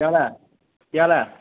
केह् हाल ऐ केह् हाल ऐ